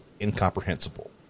incomprehensible